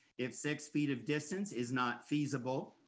if six feet of distance is not feasible,